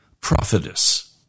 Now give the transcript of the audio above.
prophetess